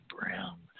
brown